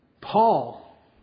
Paul